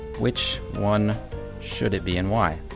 which one should it be and why?